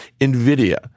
NVIDIA